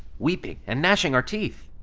weeping and gnashing our teeth!